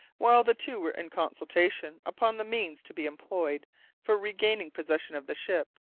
while the two were in consultation upon the means to be employed for regaining possession of the ship,